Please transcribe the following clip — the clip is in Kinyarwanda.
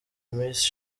miss